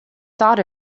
thought